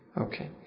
Okay